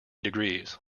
degrees